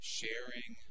sharing